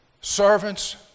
servants